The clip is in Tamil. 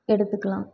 எடுத்துக்கலாம்